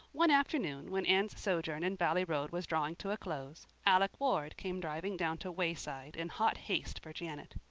one afternoon, when anne's sojourn in valley road was drawing to a close, alec ward came driving down to wayside in hot haste for janet.